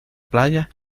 playa